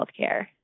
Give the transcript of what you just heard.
healthcare